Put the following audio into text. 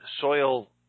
soil